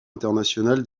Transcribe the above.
international